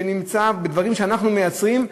בדברים שאנחנו מייצרים,